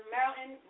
mountain